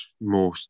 more